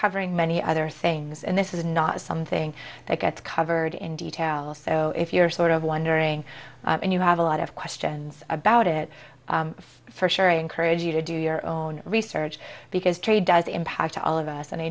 covering many other things and this is not something that gets covered in detail so if you're sort of wondering and you have a lot of questions about it for sure i encourage you to do your own research because trade does impact all of us and